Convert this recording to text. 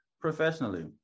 professionally